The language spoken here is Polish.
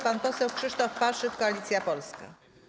Pan poseł Krzysztof Paszyk, Koalicja Polska.